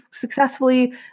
successfully